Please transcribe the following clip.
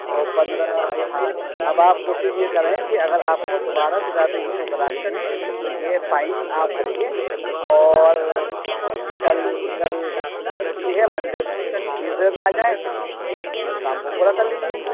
اور پندرہ ہاں اب آپ کوشش یہ کریں کہ اگر آپ کو دوبارہ کتابیں ایشو کرانی ہیں تو یہ فائن آپ بھریے اور کل کل اس کی چھٹی ہے منڈے کو ٹیوزڈے میں آ جائیں اس کام کو پورا کر لیجیے